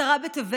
עשרה בטבת,